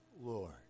Lord